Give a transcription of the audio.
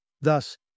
Thus